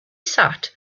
sat